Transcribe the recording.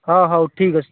ହଁ ହଉ ଠିକ୍ ଅଛି